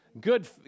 good